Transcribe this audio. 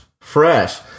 fresh